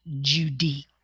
Judy